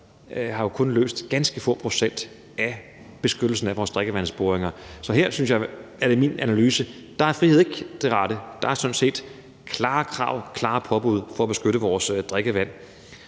af ganske få procent af vores drikkevandsboringer. Så her er det min analyse, at frihed ikke er det rette. Der er det sådan set klare krav og klare påbud for at beskytte vores drikkevand.